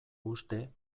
uste